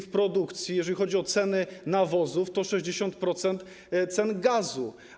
W produkcji, jeżeli chodzi o ceny nawozów, 60% to ceny gazu.